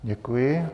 Děkuji.